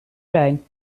zijn